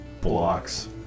blocks